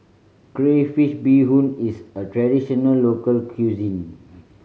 crayfish beehoon is a traditional local cuisine